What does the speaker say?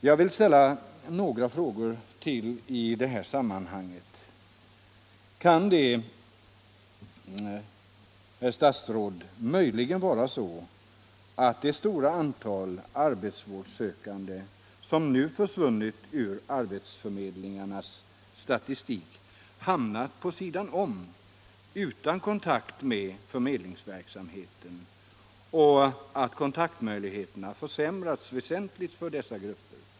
Jag vill ställa några frågor till i det här sammanhanget. Kan det, herr statsråd, möjligen vara så, att det stora antal arbetsvårdssökande som nu försvunnit ur arbetsförmedlingarnas statistik hamnat på sidan om, utan kontakt med förmedlingsverksamheten, och att kontaktmöjligheternå försämrats väsentligt för dessa grupper?